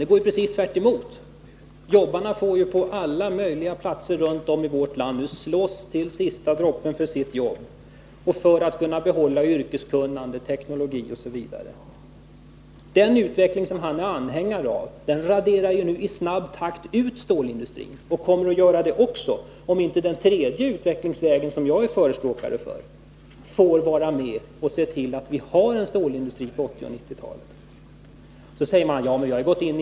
Denna går i motsatt riktning. Människor på alla möjliga platser runt om i landet får slåss till sista droppen för att få behålla sina jobb, för sitt yrkeskunnande osv. Den utveckling som Karl Björzén är anhängare av raderar i snabb takt ut stålindustrin. Den kommer också att göra det om inte den tredje utvecklingsvägen, som jag är förespråkare för, får komma med i bilden. Det gäller att se till att vi har en stålindustri även på 1980-talet. Vi har ju lämnat stöd till SSAB, säger man.